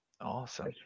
Awesome